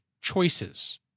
choices